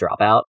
dropout